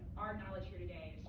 our knowledge, here, today,